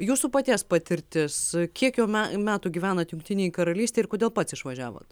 jūsų paties patirtis kiek jau me metų gyvenat jungtinėj karalystėj ir kodėl pats išvažiavot